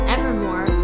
Evermore